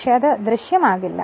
എന്നാൽ അത് ദൃശ്യമാകില്ല